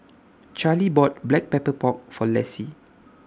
Charley bought Black Pepper Pork For Lessie